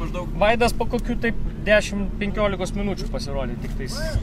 maždaug vaidas po kokių dešim penkiolikos minučių pasirodė tiktais